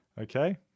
okay